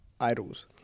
idols